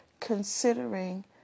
considering